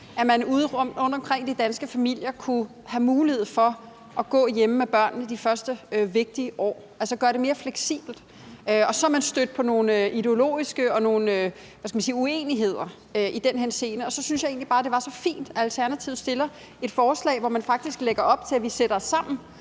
at man udeomkring hos de danske familier kunne have mulighed for at gå hjemme med børnene de første vigtige år – altså gøre det mere fleksibelt. Men så er man født på nogle ideologiske uenigheder i den henseende, og så synes jeg egentlig bare, det var så fint, at Alternativet fremsætter et forslag, hvor man faktisk lægger op til, at vi sætter os sammen